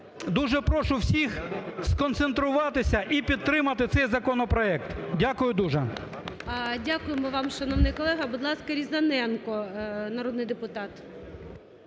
Дуже прошу всіх сконцентруватися і підтримати цей законопроект. Дякую дуже. ГОЛОВУЮЧИЙ. Дякуємо вам, шановний колего. Будь ласка, Різаненко, народний депутат.